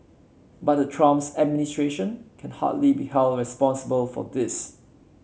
but the Trump administration can hardly be held responsible for this